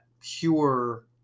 pure